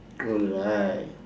alright